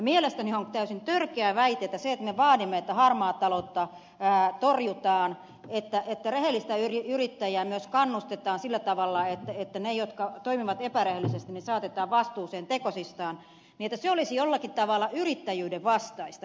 mielestäni on täysin törkeä väite että se että me vaadimme että harmaata taloutta torjutaan että rehellistä yrittäjää myös kannustetaan sillä tavalla että ne jotka toimivat epärehellisesti saatetaan vastuuseen tekosistaan olisi jollakin tavalla yrittäjyyden vastaista